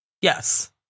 Yes